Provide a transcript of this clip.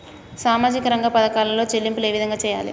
సామాజిక రంగ పథకాలలో చెల్లింపులు ఏ విధంగా చేయాలి?